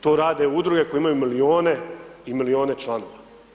To rade Udruge koje imaju milione i milione članova.